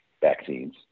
vaccines